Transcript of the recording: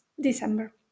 December